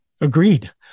Agreed